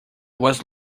was